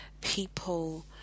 people